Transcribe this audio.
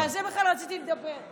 ועל זה בכלל רציתי לדבר.